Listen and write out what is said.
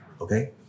okay